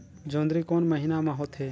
जोंदरी कोन महीना म होथे?